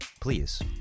Please